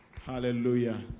hallelujah